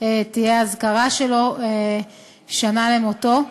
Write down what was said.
תהיה האזכרה שלו, שנה למותו,